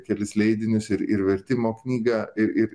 kelis leidinius ir ir vertimo knygą ir ir